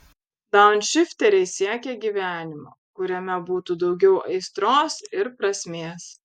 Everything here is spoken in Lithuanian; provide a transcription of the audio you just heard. daunšifteriai siekia gyvenimo kuriame būtų daugiau aistros ir prasmės